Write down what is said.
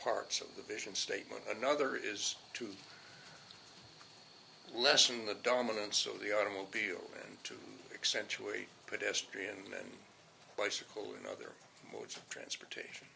parts of the vision statement another is to lessen the dominance of the automobile and to accentuate pedestrian bicycle and other modes of transportation